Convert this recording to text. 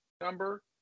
number